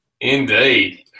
indeed